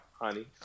honey